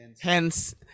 Hence